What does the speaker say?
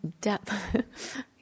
depth